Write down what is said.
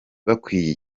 bakwiye